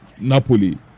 Napoli